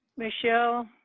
michelle,